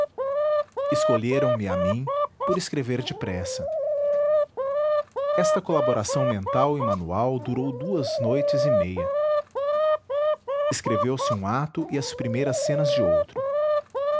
escolheram me a mim por escrever depressa esta colaboração mental e manual durou duas noites e meia escreveu se um ato e as primeiras cenas de outro